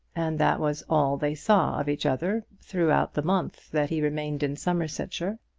and that was all they saw of each other throughout the month that he remained in somersetshire.